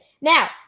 Now